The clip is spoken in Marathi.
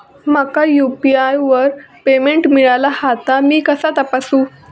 माका यू.पी.आय वर पेमेंट मिळाला हा ता मी कसा तपासू?